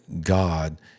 God